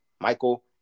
Michael